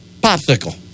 popsicle